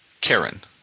Karen